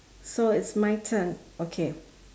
so it's my turn okay